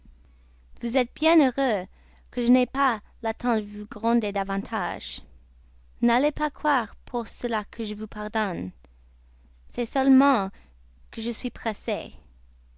vous êtes bien heureux que je n'aie pas le temps de vous gronder davantage n'allez pas croire pour cela que je vous pardonne c'est seulement que je suis pressée